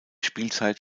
spielzeit